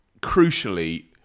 crucially